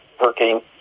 Hurricane